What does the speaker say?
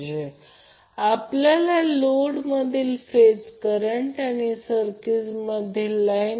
तर त्याचप्रमाणे जर फेजर आकृती काढली तर हे Vab आहे हे Vbc आहे हे Vca आहे